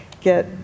get